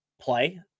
play